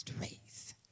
race